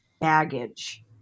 baggage